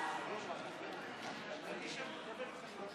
החדש) (מימוש חלק מהפיקדון לכל מטרה),